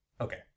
Okay